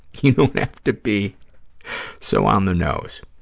you don't have to be so on the nose.